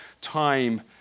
time